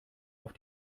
auf